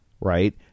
right